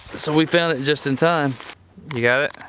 so we found it just in time you got it.